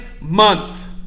Month